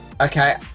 okay